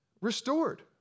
restored